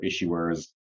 issuers